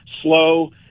slow